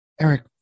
Eric